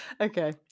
Okay